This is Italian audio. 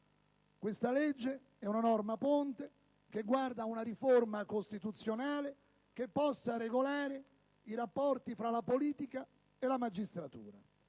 Questa legge è una normativa ponte che guarda ad una riforma costituzionale che possa regolare i rapporti tra la politica e la magistratura.